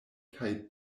kaj